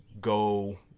go –